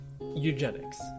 eugenics